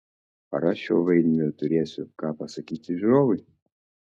ar aš šiuo vaidmeniu turėsiu ką pasakyti žiūrovui